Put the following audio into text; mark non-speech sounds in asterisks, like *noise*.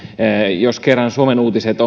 jos kerran suomen uutiset *unintelligible*